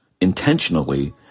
intentionally